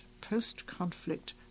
post-conflict